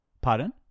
Pardon